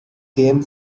came